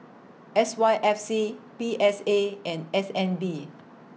S Y F C P S A and S N B